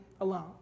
alone